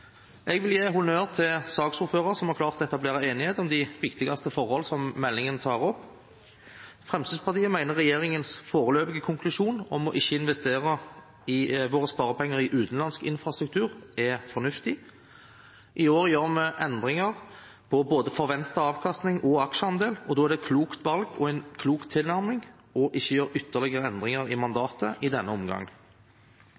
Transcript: Jeg vil gi honnør til saksordføreren, som har klart å etablere enighet om de viktigste forhold som meldingen tar opp. Fremskrittspartiet mener regjeringens foreløpige konklusjon om ikke å investere våre sparepenger i utenlandsk infrastruktur er fornuftig. I år gjør vi endringer på både forventet avkastning og aksjeandel, og da er det et klokt valg og en klok tilnærming å ikke gjøre ytterligere endringer i